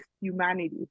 humanity